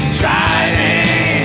driving